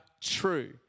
true